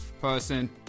person